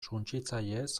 suntsitzaileez